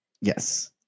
Yes